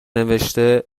نوشته